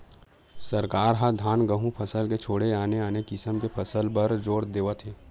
सरकार ह धान, गहूँ फसल के छोड़े आने आने किसम के फसल ले बर जोर देवत हे